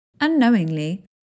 Unknowingly